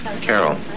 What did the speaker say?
Carol